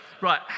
right